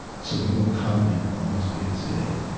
so you don't comment on what's being said.